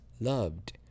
loved